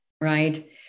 right